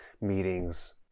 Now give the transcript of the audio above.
meetings